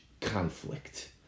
conflict